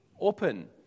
open